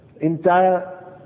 entire